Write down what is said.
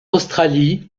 australie